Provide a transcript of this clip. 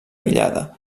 aïllada